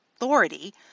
authority